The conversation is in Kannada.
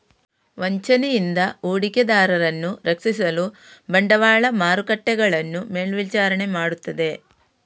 ವಂಚನೆಯಿಂದ ಹೂಡಿಕೆದಾರರನ್ನು ರಕ್ಷಿಸಲು ಬಂಡವಾಳ ಮಾರುಕಟ್ಟೆಗಳನ್ನು ಮೇಲ್ವಿಚಾರಣೆ ಮಾಡುತ್ತದೆ